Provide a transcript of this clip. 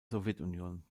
sowjetunion